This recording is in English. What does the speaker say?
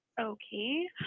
Okay